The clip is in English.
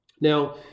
now